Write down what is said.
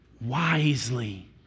wisely